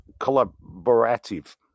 collaborative